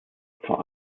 vor